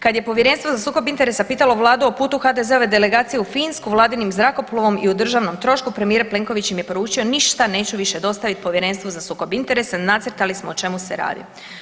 Kad je Povjerenstvo za sukob interesa pitalo Vladu o putu HDZ-ove delegacije u Finsku vladinim zrakoplovom i o državnom trošku, premijer Plenković im je poručio, ništa neću više dostavit Povjerenstvu za sukob interesa, nacrtali smo o čemu se radi.